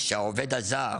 כשהעובד הזר,